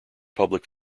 public